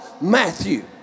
Matthew